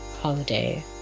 holiday